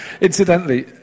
incidentally